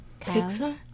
Pixar